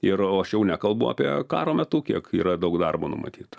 ir o aš jau nekalbu apie karo metu kiek yra daug darbo numatyta